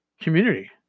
community